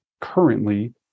currently